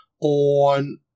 on